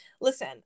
listen